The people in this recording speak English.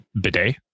bidet